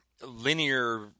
linear